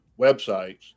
websites